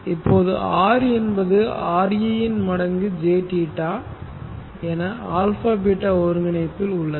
இப்போது R என்பது re இன் மடங்கு jθ என α β ஒருங்கிணைப்பில் உள்ளது